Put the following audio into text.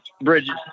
Bridget